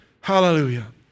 Hallelujah